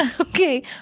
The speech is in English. Okay